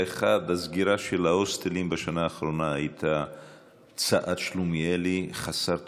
האחד: הסגירה של ההוסטלים בשנה האחרונה הייתה צעד שלומיאלי חסר תוחלת.